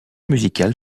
musical